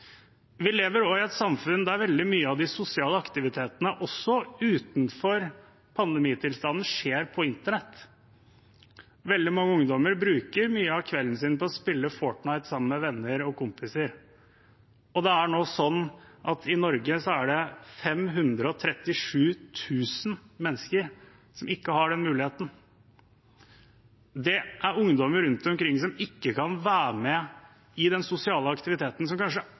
Vi lever i et samfunn der veldig mye av de sosiale aktivitetene, også utenfor pandemitilstanden, skjer på internett. Veldig mange ungdommer bruker mye av kvelden sin på å spille Fortnite sammen med venner og kompiser, og det er nå sånn at i Norge er det 537 000 mennesker som ikke har den muligheten. Det er ungdommer rundt omkring som ikke kan være med på den sosiale aktiviteten som kanskje